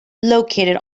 located